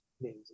names